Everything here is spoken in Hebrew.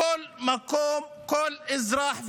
בכל מקום כל אזרח ואזרח,